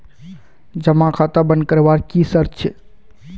जमा खाता बन करवार की शर्त छे?